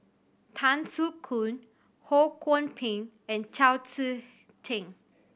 Tan Soo Khoon Ho Kwon Ping and Chao Tzee Cheng